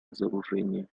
разоружение